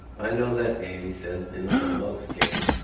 i know that game, he said, and it's a mug's game.